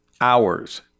hours